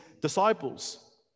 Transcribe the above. disciples